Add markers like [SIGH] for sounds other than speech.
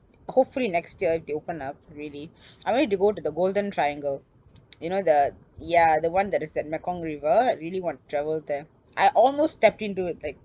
hopefully next year if they open up really [NOISE] I wanting to go to the golden triangle you know the ya the one that is at mekong river really want to travel there I almost stepped into it like